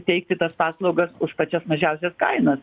teikti tas paslaugas už pačias mažiausias kainas